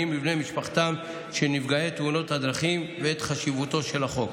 לבני משפחותיהם של נפגעי תאונות הדרכים ואת חשיבותו של החוק.